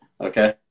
Okay